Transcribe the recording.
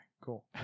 cool